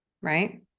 right